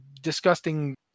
disgusting